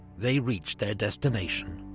they reached their destination,